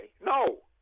No